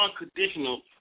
unconditional